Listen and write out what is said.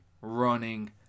running